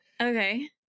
okay